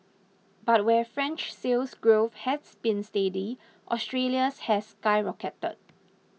but where French Sales Growth has been steady Australia's has skyrocketed